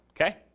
Okay